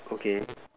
okay